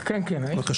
בבקשה.